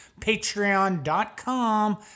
patreon.com